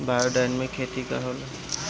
Biodynamic खेती का होला?